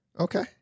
Okay